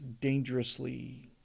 dangerously